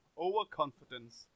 overconfidence